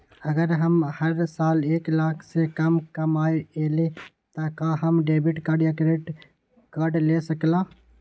अगर हम हर साल एक लाख से कम कमावईले त का हम डेबिट कार्ड या क्रेडिट कार्ड ले सकीला?